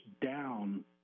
down